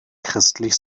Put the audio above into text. christlich